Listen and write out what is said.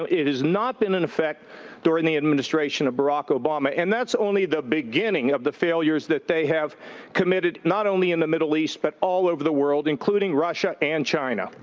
it has not been in effect during the administration of barack obama. and that's only the beginning of the failures that they have committed, not only in the middle east, but all over the world, including russia and china.